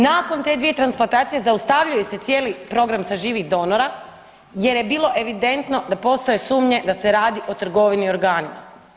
Nakon te dvije transplantacije zaustavljaju se cijeli program sa živih donora jer je bilo evidentno da postoje sumnje da se radi o trgovini organima.